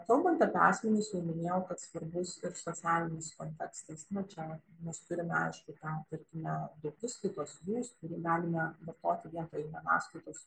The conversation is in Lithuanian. kalbant apie asmenis jau minėjau kad svarbus ir socialinis kontekstas nu čia mes turime aišku tam tarkime daugiskaitos jūs kurį galime vartoti vietoj vienaskaitos